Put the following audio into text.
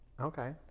Okay